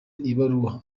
ibaruwa